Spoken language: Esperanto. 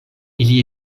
ili